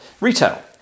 retail